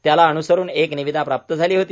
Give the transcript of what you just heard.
त्याला अनुसरून एक निविदा प्राप्त झाली होती